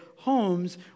Homes